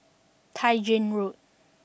Tai Gin Road